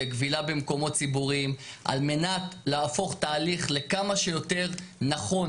לכבילה במקומות ציבוריים על מנת להפוך תהליך לכמה שיותר נכון